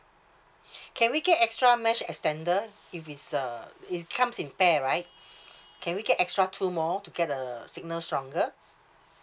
can we get extra mesh extender if it's uh it comes in pair right can we get extra two more to get a signal stronger